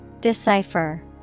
Decipher